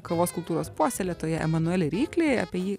kavos kultūros puoselėtoją emanuelį ryklį apie jį